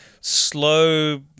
Slow